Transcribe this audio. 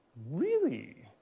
really?